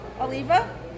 Oliva